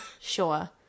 sure